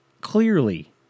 Clearly